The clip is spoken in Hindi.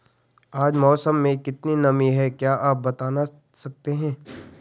आज मौसम में कितनी नमी है क्या आप बताना सकते हैं?